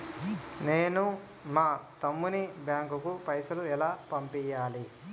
నేను మా తమ్ముని బ్యాంకుకు పైసలు ఎలా పంపియ్యాలి?